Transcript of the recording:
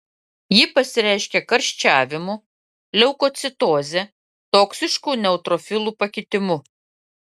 ji pasireiškia karščiavimu leukocitoze toksišku neutrofilų pakitimu